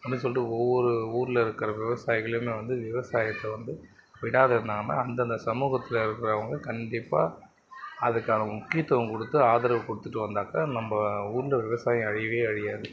அப்படின்னு சொல்லிட்டு ஒவ்வொரு ஊரில் இருக்கிற விவசாயிகளையும் நான் வந்து விவசாயத்தை வந்து விடாது நாம் அந்தந்த சமூகத்தில் இருக்கிறவங்க கண்டிப்பாக அதுக்கு அவங்க முக்கியத்துவம் கொடுத்து ஆதரவு கொடுத்துட்டு வந்தாக்கா நம்ம ஊரில் விவசாயம் அழியவே அழியாது